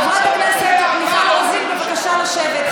חברת הכנסת מיכל רוזין, בבקשה לשבת.